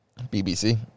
BBC